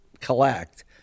collect